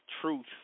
truth